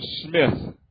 Smith